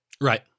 Right